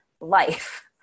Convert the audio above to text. life